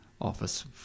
Office